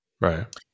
right